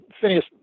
Phineas